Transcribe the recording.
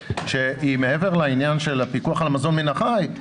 שמעבר לעניין של הפיקוח על המזון מן החי,